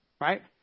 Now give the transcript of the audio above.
right